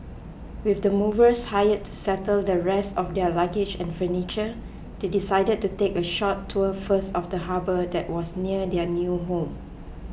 with the movers hired to settle the rest of their luggage and furniture they decided to take a short tour first of the harbour that was near their new home